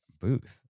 booth